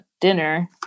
dinner